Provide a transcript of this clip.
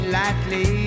lightly